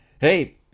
Hey –